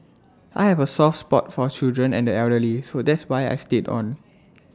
I have A soft spot for children and the elderly so that's why I stayed on